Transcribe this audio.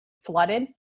flooded